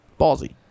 ballsy